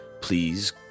please